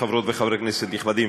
חברות וחברי כנסת נכבדים,